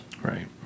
right